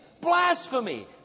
Blasphemy